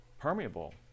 permeable